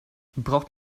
braucht